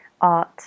art